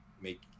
make